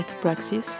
Praxis